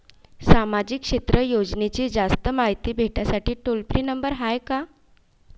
सामाजिक क्षेत्र योजनेची जास्त मायती भेटासाठी टोल फ्री नंबर हाय का?